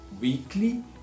weekly